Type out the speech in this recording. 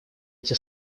эти